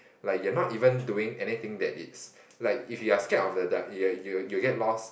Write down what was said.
like you're not even doing anything that it's like if you're scared of the dark you'll you'll you'll get lost